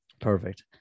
perfect